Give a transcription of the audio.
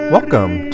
Welcome